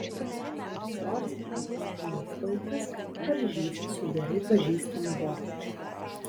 sunkiasvoris mantas knystautas varžysis su gerai pažįstamu vokiečiu